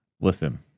Listen